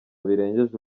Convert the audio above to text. birengeje